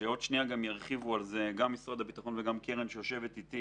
עוד מעט ירחיבו על זה גם משרד הביטחון וגן קרן שיושבת איתי